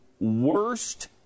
worst